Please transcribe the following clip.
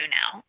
now